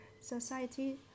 society